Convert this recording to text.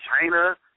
China